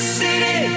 city